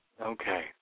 Okay